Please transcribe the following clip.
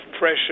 pressure